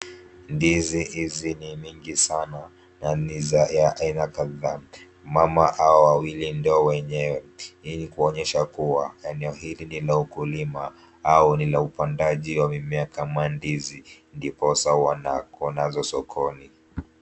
Ndizi hizi ni nyingi sana na ni ya aina kadhaa. Mama hawa wawili ndio wenyewe. Hii ni kuonyesha kuwa eneo hili ni la ukulima au ni la upandaji mimea kama ndizi, ndiposa kunazo sokoni.